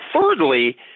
thirdly